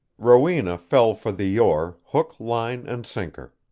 rowena fell for the yore hook, line, and sinker.